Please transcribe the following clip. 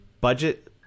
Budget